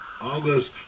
August